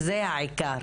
זה העיקר.